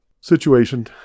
Situation